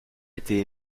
été